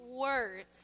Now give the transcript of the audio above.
words